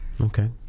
Okay